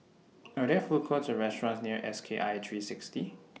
Are There Food Courts Or restaurants near S K I three sixty